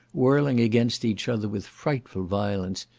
whirling against each other with frightful violence,